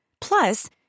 Plus